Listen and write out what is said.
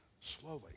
Slowly